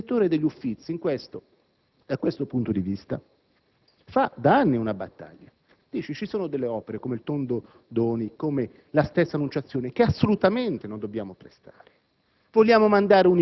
Il direttore degli Uffizi, da questo punto di vista, conduce da anni una battaglia, sostenendo che ci sono opere, come il «Tondo Doni» o come la stessa «Annunciazione», che assolutamente non dobbiamo prestare.